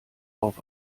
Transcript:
auf